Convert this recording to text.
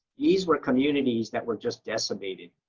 these were communities that were just decimated.